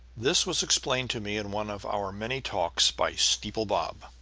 this was explained to me in one of our many talks by steeple bob,